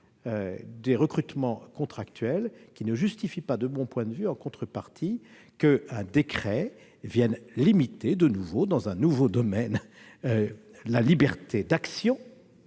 des recrutements contractuels, qui ne justifie pas de mon point de vue, en contrepartie, qu'un décret vienne limiter dans un nouveau domaine la liberté d'action